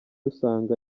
usanga